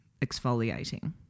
exfoliating